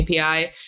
API